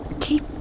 keep